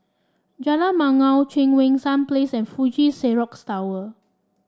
Jalan Bangau Cheang Wan Seng Place and Fuji Xerox Tower